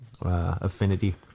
affinity